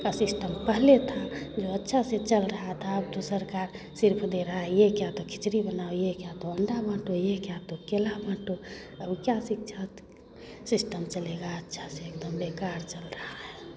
का सिस्टम पहले था जो अच्छा से चल रहा था अब तो सरकार सिर्फ दे रहा है ये क्या तो खिचड़ी बनाओ ये क्या तो अंडा बाँटो ये क्या तो केला बाँटो और क्या शिक्षा सिस्टम चलेगा अच्छा से एकदम बेकार चल रहा है